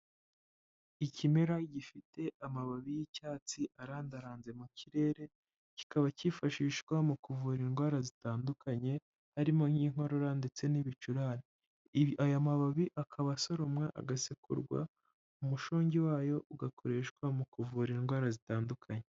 Ikimera gifite amababi y'icyatsi arandaranze mu kirere, kikaba kifashishwa mu kuvura indwara zitandukanye, harimo nk'inkorora, ndetse n'ibicurane. Aya mababi akaba asoromwa agasekurwa, umushongi wayo ugakoreshwa mu kuvura indwara zitandukanye.